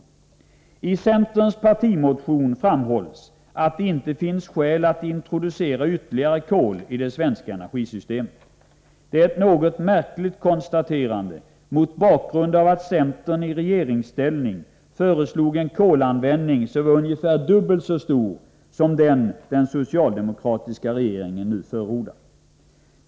I centerns partimotion framhålls att det inte finns skäl att introducera ytterligare kol i det svenska energisystemet. Det är ett något märkligt konstaterande mot bakgrund av att centern i regeringsställning föreslog en kolanvändning som var ungefär dubbelt så stor som den som den socialdemokratiska regeringen nu förordar.